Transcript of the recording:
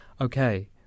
okay